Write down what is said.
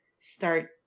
start